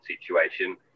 situation